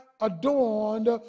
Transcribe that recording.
adorned